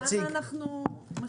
אז למה אנחנו דנים פה?